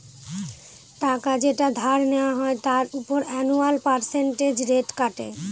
টাকা যেটা ধার নেওয়া হয় তার উপর অ্যানুয়াল পার্সেন্টেজ রেট কাটে